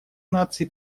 наций